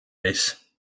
base